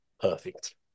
Perfect